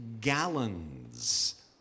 gallons